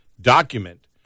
document